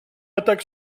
attaque